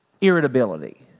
Irritability